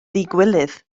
ddigywilydd